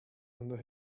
under